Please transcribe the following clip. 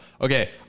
Okay